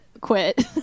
quit